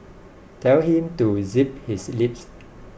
tell him to zip his lips